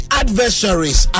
adversaries